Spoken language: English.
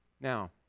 Now